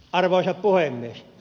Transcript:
arvoisa puhemies